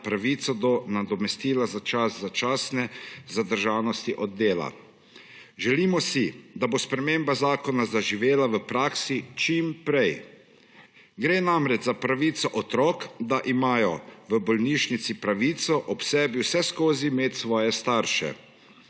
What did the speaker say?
pravico do nadomestila za čas začasne zadržanosti od dela. Želimo si, da bo sprememba zakona zaživela v praksi čim prej. Gre namreč za pravico otrok, da imajo v bolnišnici pravico ob sebi vseskozi imeti svoje starše.